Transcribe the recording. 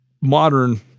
modern